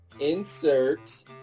Insert